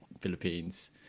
Philippines